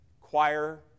choir